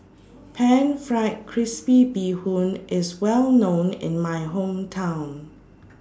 Pan Fried Crispy Bee Hoon IS Well known in My Hometown